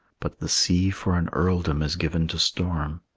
but the sea for an earldom is given to storm.